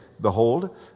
Behold